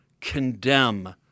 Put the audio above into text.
condemn